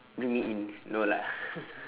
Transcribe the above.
bring me in no lah